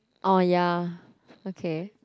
orh ya okay